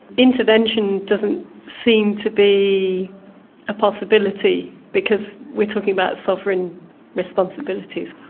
intervention doesn't seem to be a possibility because we're talking about sovereign responsibilities.